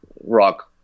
rock